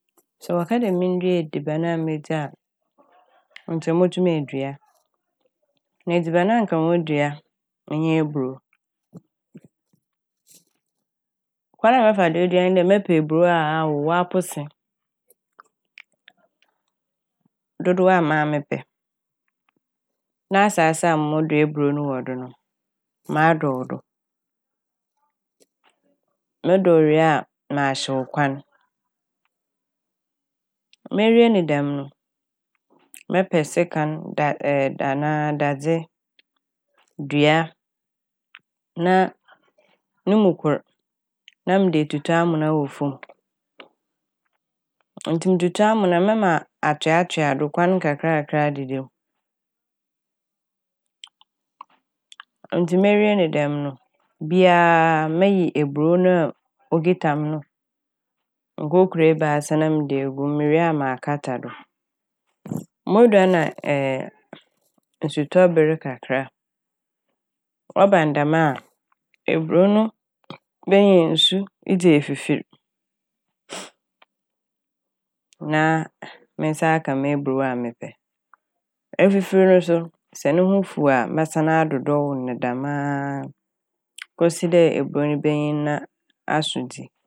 Sɛ wɔka dɛ mendua ediban a medzi a nkyɛ motum edua na edziban a anka modua ɔnye eburow. Kwan a mɛfa do edua nye dɛ mɛpɛ eburow a ɔawow ɔapose dodow a maa mepɛ na asaase a modua eburow no wɔ do no madɔw do, modɔw wie a mahyew kwa n'. Mewie ne dɛm no mɛpɛ sekan da- ɛɛ- anaa dadze, dua na a no mu kor na mede etutu amona wɔ famu. Ntsi mututu amona mɛma atoatoa do, kwan kakrakra a adeda m'. Ntsi mewie ne dɛm no bi aa meyi eburow no a okitsa mu no nkokor ebiasa na mede egu mu, mewie a makata do. Modua no nsutɔ ber kakra, ɔba no dɛm a eburow no benya nsu edze efifir na me nsa aka m'eburow a mepɛ. Efifir no so sɛ no ho fuw a mɛsan adɔdɔw ne dɛmaa kosi dɛ eburow no benyin na aso dzi.